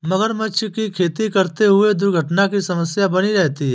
मगरमच्छ की खेती करते हुए दुर्घटना की समस्या बनी रहती है